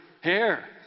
hair